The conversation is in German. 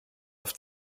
auf